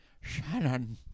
Shannon